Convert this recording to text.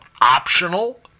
optional